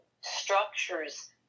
structures